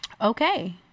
okay